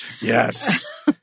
Yes